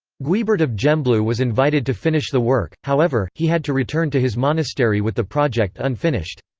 guibert of gembloux was invited to finish the work however, he had to return to his monastery with the project unfinished.